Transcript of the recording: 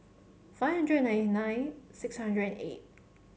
five hundred and ninety nine six hundred and eight